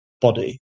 body